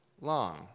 long